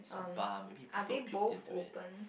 spa maybe people puke into it